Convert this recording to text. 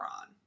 on